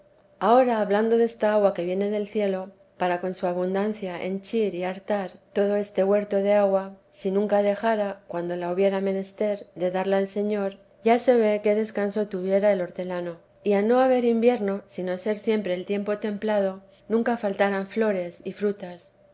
ahora hablando desta agua que viene del cielo para con su abundancia henchir y hartar todo este huerto de agua si nunca dejara cuando la hubiera menester de darla el señor ya se ve qué descanso tuviera el hortelano y a no haber invierno sino ser siempre el tiempo templado nunca faltaran flores y frutas